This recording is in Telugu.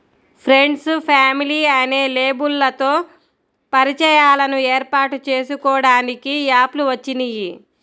ఫ్రెండ్సు, ఫ్యామిలీ అనే లేబుల్లతో పరిచయాలను ఏర్పాటు చేసుకోడానికి యాప్ లు వచ్చినియ్యి